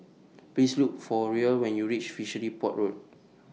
Please Look For Ruel when YOU REACH Fishery Port Road